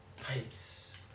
Pipes